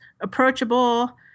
approachable